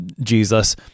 Jesus